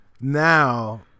now